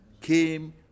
came